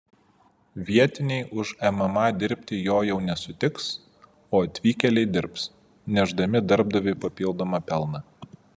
vietiniai už mma dirbti jo jau nesutiks o atvykėliai dirbs nešdami darbdaviui papildomą pelną